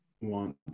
want